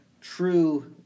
true